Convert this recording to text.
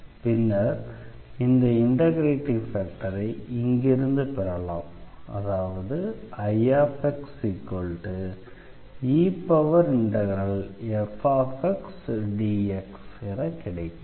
பின்னர் இந்த இண்டெக்ரேட்டிங் ஃபேக்டரை இங்கிருந்து பெறலாம் அது Ixefxdx என கிடைக்கிறது